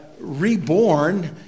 reborn